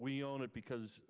we own it because